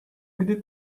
gdy